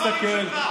הראשון,